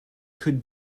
could